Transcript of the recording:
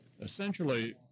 essentially